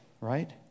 right